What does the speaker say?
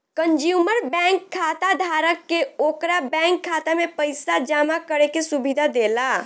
consumer bank खाताधारक के ओकरा बैंक खाता में पइसा जामा करे के सुविधा देला